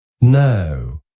No